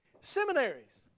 Seminaries